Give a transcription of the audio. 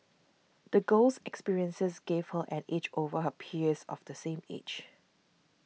the girl's experiences gave her an edge over her peers of the same age